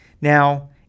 Now